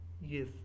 yes